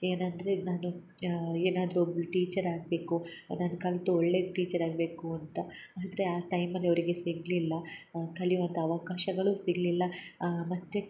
ಏನಂದರೆ ನಾನು ಏನಾದರು ಒಬ್ಳು ಟೀಚರ್ ಆಗಬೇಕು ನಾನು ಕಲ್ತು ಒಳ್ಳೆಯ ಟೀಚರ್ ಆಗಬೇಕು ಅಂತ ಆದರೆ ಆ ಟೈಮಲ್ಲಿ ಅವರಿಗೆ ಸಿಗಲಿಲ್ಲ ಕಲಿಯುವಂಥ ಅವಕಾಶಗಳು ಸಿಗಲಿಲ್ಲ ಮತ್ತು